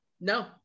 no